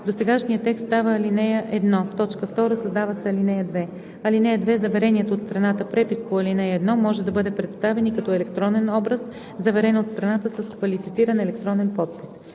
Досегашният текст става ал. 1. 2. Създава се ал. 2: „(2) Завереният от страната препис по ал. 1 може да бъде представен и като електронен образ, заверен от страната с квалифициран електронен подпис.“